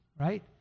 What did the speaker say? right